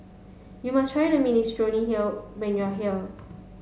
you must try the Minestrone hill when you are here